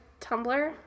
Tumblr